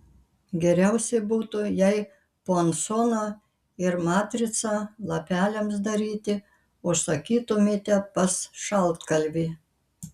geriausiai būtų jei puansoną ir matricą lapeliams daryti užsakytumėte pas šaltkalvį